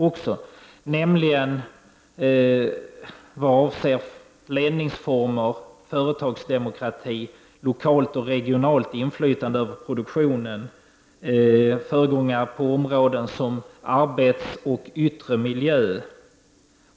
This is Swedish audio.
Det är områden som ledningsformer, företagsdemokrati, lokalt och regionalt inflytande över produktionen samt arbetsmiljö och yttre miljö.